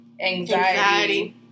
anxiety